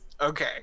okay